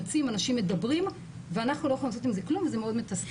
יוצאים אנשים מדברים ואנחנו לא יכולים לעשות עם זה כלום וזה מאוד מתסכל.